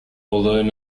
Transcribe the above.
although